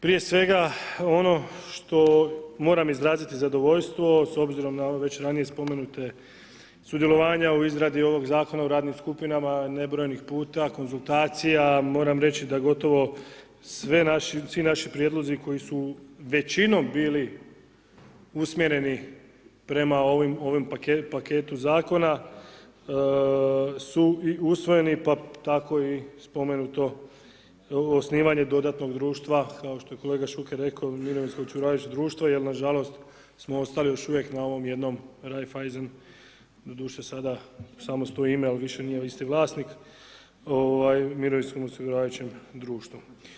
Prije svega, ono što moram izraziti zadovoljstvo, s obzirom na ove već ranije spomenute, sudjelovanja u izradi ovog zakona u radnim skupinama, nebrojenih puta, konzultacija, moram reći da gotovo svi naši prijedlozi, koji su većinom bili usmjereni, prema ovom paketu zakona, su usvojeni pa tako i spomenuto osnivanje dodatnog društva, kao što ej kolega Šuker rekao, mirovinskog … društva, jer nažalost smo ostali još uvijek na ovo jednom Raiffeisen, doduše, sada samo stoji ime, ali više nije isti vlasnik mirovinskom osiguravajućem društvu.